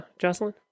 Jocelyn